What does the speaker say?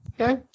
Okay